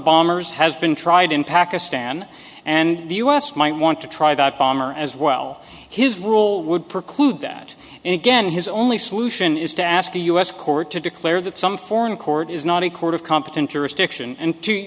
bombers has been tried in pakistan and the us might want to try that bomber as well his rule would preclude that and again his only solution is to ask the u s court to declare that some foreign court is not a court of competent jurisdiction and